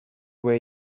way